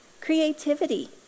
creativity